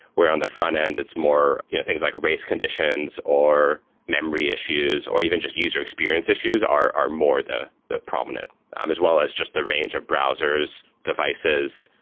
where on the frontend, it's more things like race conditions conditions or memory issues or even just user experience issues are are more the the prominent um as well as just the range of browsers, devices,